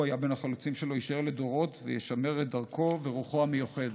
יישאר לדורות וישמר את דרכו ורוחו המיוחדות.